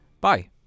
Bye